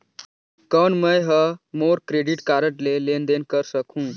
कौन मैं ह मोर क्रेडिट कारड ले लेनदेन कर सकहुं?